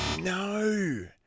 No